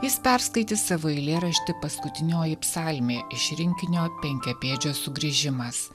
jis perskaitys savo eilėraštį paskutinioji psalmė iš rinkinio penkiapėdžio sugrįžimas